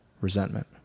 resentment